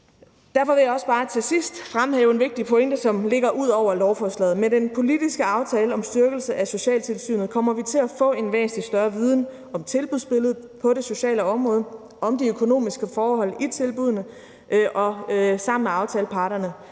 Derfor vil jeg også bare til sidst fremhæve en vigtig pointe, som ligger ud over lovforslaget: Med den politiske aftale om styrkelse af socialtilsynet kommer vi til at få en væsentlig større viden om tilbudsbilledet på det sociale område og om de økonomiske forhold i tilbuddene. Og sammen med aftaleparterne